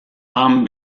han